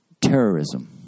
terrorism